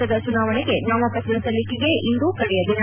ಹಂತದ ಚುನಾವಣೆಗೆ ನಾಮಪತ್ರ ಸಲ್ಲಿಕೆಗೆ ಇಂದು ಕಡೆಯ ದಿನ